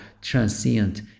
transient